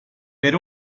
per